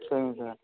சரிங்க சார்